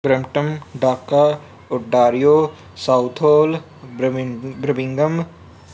ਬਰੰਮਟਮ Dhaka ਉਡਾਰੀਓ Southall ਬਰਮਿ Birmingham